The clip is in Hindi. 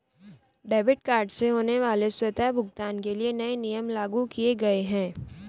डेबिट कार्ड से होने वाले स्वतः भुगतान के लिए नए नियम लागू किये गए है